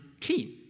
clean